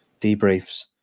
debriefs